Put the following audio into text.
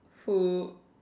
who